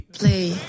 play